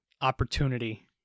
opportunity